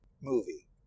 movie